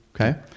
Okay